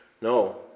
No